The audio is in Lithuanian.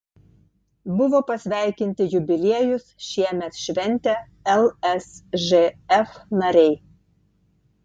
buvo pasveikinti jubiliejus šiemet šventę lsžf nariai